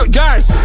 guys